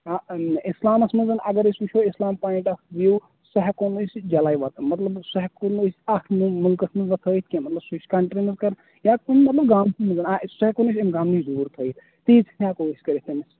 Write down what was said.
اِسلامَس منٛز اَگر أسۍ وٕچھو اِسلام پویِنٹ آف وِیوٗ سُہ ہٮ۪کو أسۍ یہِ جلٕے وَتن مطلب سُہ ہٮ۪کون أسۍ اکھ مُلکَس منٛز نہٕ تھٲیِتھ کیٚنہہ مطلب سُہ کَنٹری منٛز یا کُنہِ مطلب گامسٕے منٛز سُہ ہٮ۪کون نہٕ أسۍ اَمہِ گامہٕ نِش دوٗر تھٲیِتھ تہٕ یہِ ہٮ۪کو أسۍ کٔرِتھ